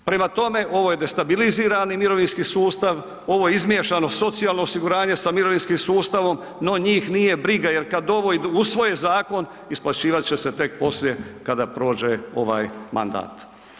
Prema tome, ovo je destabilizirani mirovinski sustav, ovo je izmiješano socijalno osiguranje sa mirovinskim sustavom no njih nije briga jer kad ovo usvoje zakon, isplaćivat će se tek poslije kad prođe ovaj mandat.